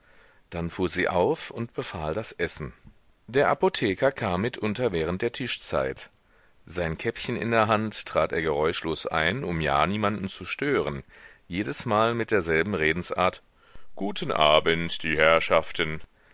dann fuhr sie auf und befahl das essen der apotheker kam mitunter während der tischzeit sein käppchen in der hand trat er geräuschlos ein um ja niemanden zu stören jedesmal mit derselben redensart guten abend die herrschaften